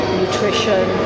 nutrition